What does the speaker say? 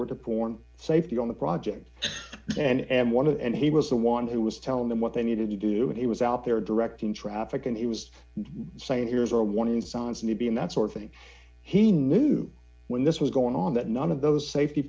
were to porn safety on the project and one of and he was the one who was telling them what they needed to do it was out there directing traffic and he was saying here's our warning signs maybe in that sort of thing he knew when this was going on that none of those safety